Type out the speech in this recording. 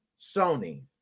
sony